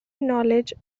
knowledge